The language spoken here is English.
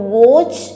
watch